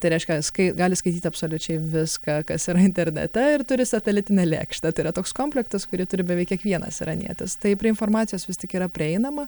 tai reiškia kai gali skaityt absoliučiai viską kas yra internete ir turi satelitinę lėkštę tai yra toks komplektas kurį turi beveik kiekvienas iranietis tai prie informacijos vis tik yra prieinama